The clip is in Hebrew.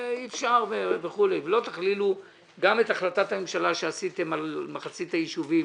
אי אפשר וכולי ולא תכללו גם את החלטת הממשלה שעשיתם לגבי מחצית הישובים